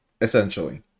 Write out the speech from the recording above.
essentially